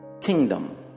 kingdom